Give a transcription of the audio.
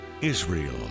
Israel